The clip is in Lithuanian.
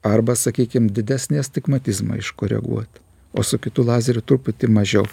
arba sakykim didesnį astigmatizmą iškoreguot o su kitu lazeriu truputį mažiau